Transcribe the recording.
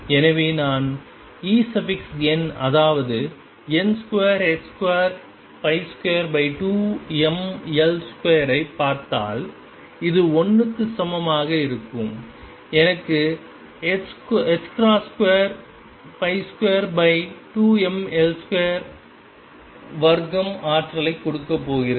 எனவே நான் En அதாவது n2222mL2 ஐப் பார்த்தால் அது 1 க்கு சமமாக இருக்கும் எனக்கு 22 2mL2 வர்க்கம் ஆற்றலைக் கொடுக்கப் போகிறது